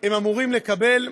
הם אמורים לקבל,